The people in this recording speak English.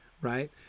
right